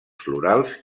florals